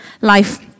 life